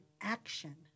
action